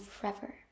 forever